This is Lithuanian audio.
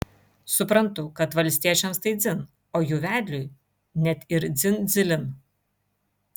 suprantu kad valstiečiams tai dzin o jų vedliui net ir dzin dzilin